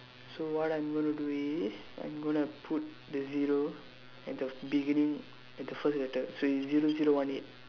so what I'm gonna do is I'm gonna put the zero at the beginning at the first letter so it's zero zero one eight